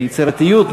ביצירתיות,